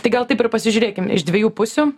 tai gal taip ir pasižiūrėkim iš dviejų pusių